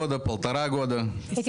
זה הלקוח שלכם,